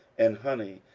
and honey,